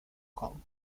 kong